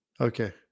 Okay